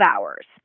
hours